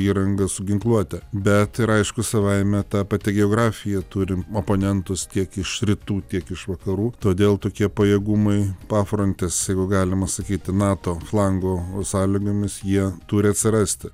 įranga su ginkluote bet ir aišku savaime ta pati geografija turim oponentus tiek iš rytų tiek iš vakarų todėl tokie pajėgumai pafrontės jeigu galima sakyti nato flango sąlygomis jie turi atsirasti